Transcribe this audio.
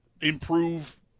improve